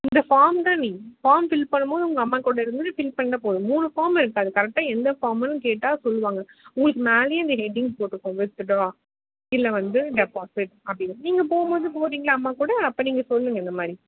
இந்த ஃபார்ம்தான் நீ ஃபார்ம் ஃபில் பண்ணும்போது உங்க அம்மாக்கூட இருந்து ஃபில் பண்ணா போதும் மூணு ஃபார்ம் இருக்குது அது கரெக்டாக எந்த ஃபார்ம்னு கேட்டால் சொல்வாங்க உங்களுக்கு மேலேயே இந்த ஹெட்டிங் போட்டிருக்கும் வித்துட்ரா கீழே வந்து டெபாசிட் அப்படின்னு நீங்கள் போகும்போது போகிறீங்களா அம்மா கூட அப்போது நீங்கள் சொல்லுங்க இந்த மாதிரி